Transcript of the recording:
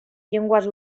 llengües